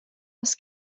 oes